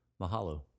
Mahalo